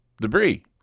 Debris